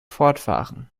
fortfahren